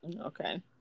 okay